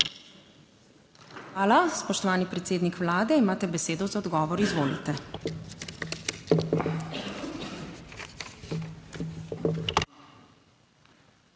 Hvala. Spoštovani predsednik Vlade, imate besedo za odgovor. Izvolite.